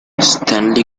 stanley